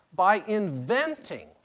by inventing.